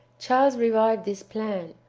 charles revived this plan,